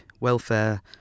welfare